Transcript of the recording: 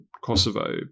Kosovo